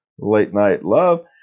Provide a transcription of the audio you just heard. latenightlove